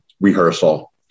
rehearsal